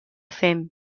fem